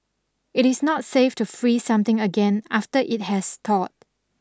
it is not safe to freeze something again after it has thawed